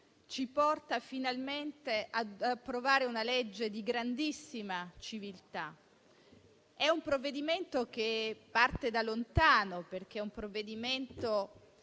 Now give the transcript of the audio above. ci porta finalmente ad approvare una legge di grandissima civiltà. È un provvedimento che parte da lontano, perché lo avevamo